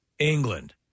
England